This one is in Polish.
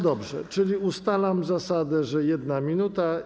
Dobrze, czyli ustalam zasadę, że jest 1 minuta.